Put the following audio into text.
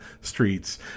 streets